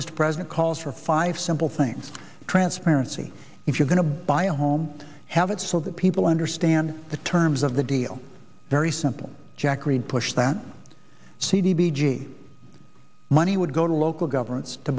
mr president calls for five simple things transparency if you're going to buy a home have it so that people understand the terms of the deal very simple jack reed push that cd big money would go to local governments to